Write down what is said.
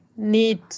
need